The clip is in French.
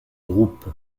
groupe